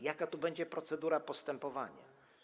Jaka tu będzie procedura postępowania?